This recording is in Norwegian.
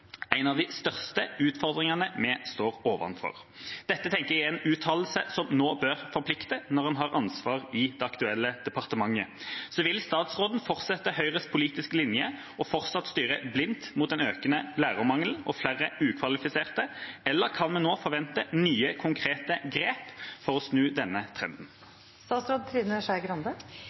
en av de største utfordringene vi kan definere.» Dette tenker jeg er en uttalelse som nå bør forplikte når en har ansvar i det aktuelle departementet. Vil statsråden fortsette Høyres politiske linje og fortsatt styre blindt mot en økende lærermangel og flere ukvalifiserte, eller kan vi nå forvente nye, konkrete grep for å snu denne